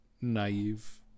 naive